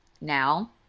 now